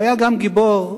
היה גיבור,